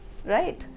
right